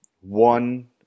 one